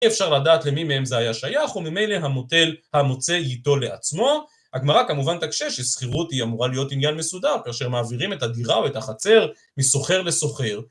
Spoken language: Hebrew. אי אפשר לדעת למי מהם זה היה שייך, וממילא המוצא יטול לעצמו. הגמרא כמובן תקשה, ששכירות היא אמורה להיות עניין מסודר, כאשר מעבירים את הדירה או את החצר משוכר לשוכר